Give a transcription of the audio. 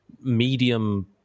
Medium